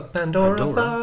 Pandora